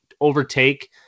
overtake